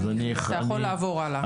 אתה יכול לעבור הלאה.